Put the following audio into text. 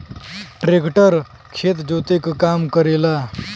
tractor खेत जोते क काम करेला